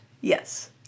yes